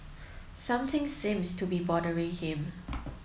something seems to be bothering him